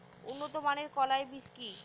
উন্নত মানের কলাই বীজ কি?